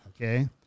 okay